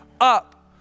up